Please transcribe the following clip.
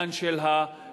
העניין של השלום,